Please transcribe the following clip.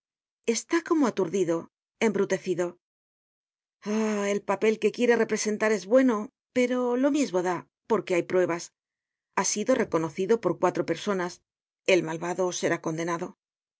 está cómo aturdido embrutecido oh el papel que quiere representar es bueno pero lo mismo da porque hay pruebas ha sido reconocido por cuatro personas el malvado será condenado